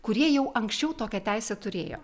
kurie jau anksčiau tokią teisę turėjo